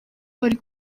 bari